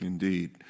indeed